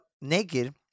naked